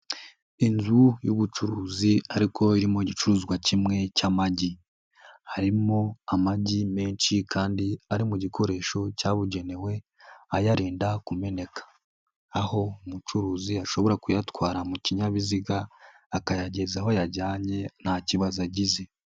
Inzu y'ubucuruzi ariko irimo igicuruzwa kimwe cy'amagi, harimo amagi menshi kandi ari mu gikoresho cyabugenewe ayarinda kumeneka, aho umucuruzi ashobora kuyatwara mu kinyabiziga akayageza aho ayajyanye nta kibazo agize.